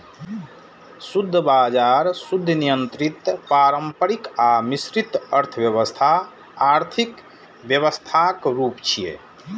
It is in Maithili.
शुद्ध बाजार, शुद्ध नियंत्रित, पारंपरिक आ मिश्रित अर्थव्यवस्था आर्थिक व्यवस्थाक रूप छियै